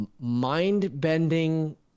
mind-bending